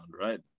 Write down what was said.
right